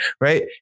Right